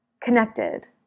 connected